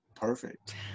perfect